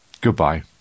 goodbye